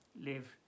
live